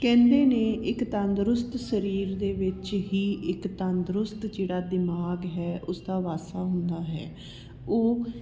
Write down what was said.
ਕਹਿੰਦੇ ਨੇ ਇੱਕ ਤੰਦਰੁਸਤ ਸਰੀਰ ਦੇ ਵਿੱਚ ਹੀ ਇੱਕ ਤੰਦਰੁਸਤ ਜਿਹੜਾ ਦਿਮਾਗ ਹੈ ਉਸ ਦਾ ਵਾਸਾ ਹੁੰਦਾ ਹੈ ਉਹ